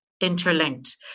interlinked